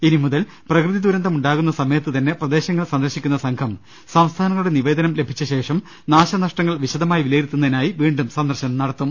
ഇനി മുതൽ പ്രകൃതി ദുരന്തം ഉണ്ടാകുന്ന സമയത്ത് തന്നെ പ്രദേശങ്ങൾ സന്ദർശിക്കുന്ന സംഘം സംസ്ഥാന ങ്ങളുടെ നിവേദനം ലഭിച്ച ശേഷം നാശനഷ്ടങ്ങൾ വിശദമായി വിലയിരുത്തുന്നതിനായി വീണ്ടും ്രസന്ദർശനം നടത്തും